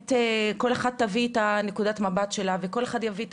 כל אחת תביא את נקודת המבט שלה וכל אחד יביא את